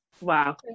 Wow